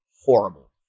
horrible